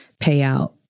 payout